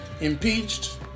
impeached